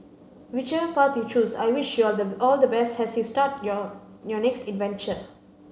whichever path you choose I wish you the all the best as you start your your next adventure